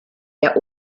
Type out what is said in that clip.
der